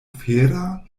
fera